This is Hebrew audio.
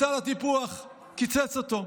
מסל הטיפוח, קיצץ אותו.